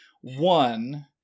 one